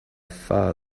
far